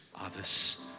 others